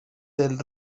del